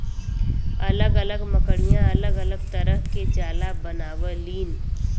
अलग अलग मकड़िया अलग अलग तरह के जाला बनावलीन